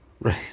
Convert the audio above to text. Right